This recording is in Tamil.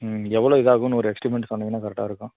ம் எவ்வளோ இதாகும்னு ஒரு எஸ்டிமேட் சொன்னீங்கன்னா கரெக்டாக இருக்கும்